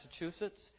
Massachusetts